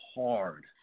hard